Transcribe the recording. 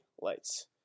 lights